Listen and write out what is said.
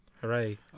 Hooray